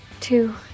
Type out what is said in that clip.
Two